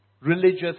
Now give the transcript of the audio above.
religious